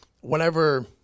whenever